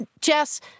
Jess